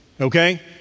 Okay